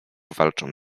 walczą